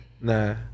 Nah